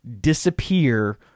disappear